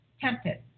tempted